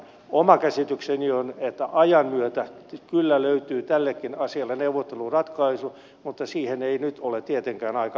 oma käsitykseni on että ajan myötä kyllä löytyy tällekin asialle neuvotteluratkaisu mutta siihen ei nyt ole tietenkään aika vielä valmis